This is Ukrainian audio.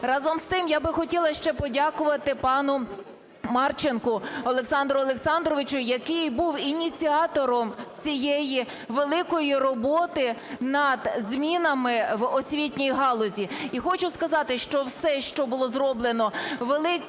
Разом з тим, я би хотіла ще подякувати пану Марченку Олександру Олександровичу, який був ініціатором цієї великої роботи над змінами в освітній галузі. І хочу сказати, що все, що було зроблено великою